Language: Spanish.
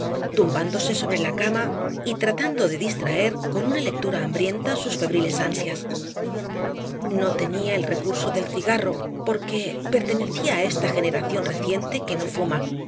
tumbándose sobre la cama y tratando de distraer con una lectura hambrienta sus febriles ansias no tenía el recurso del cigarro porque pertenecía á esta generación reciente que no fuma